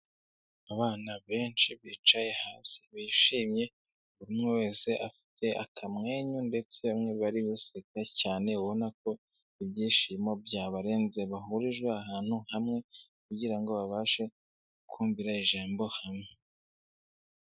Abana benshi bicaye hasi bishimye, buri umwe wese afite akamwenyu ndetse bamwe bari guseka cyane, ubona ko ibyishimo byabarenze, bahurijwe ahantu hamwe kugirango babashe kumvira ijambo hamwe.